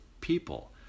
people